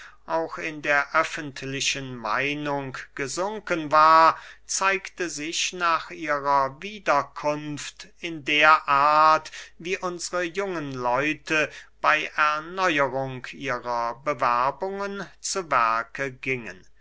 auch in der öffentlichen meinung gesunken war zeigte sich nach ihrer wiederkunft in der art wie unsre jungen leute bey erneuerung ihrer bewerbungen zu werke gingen